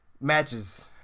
matches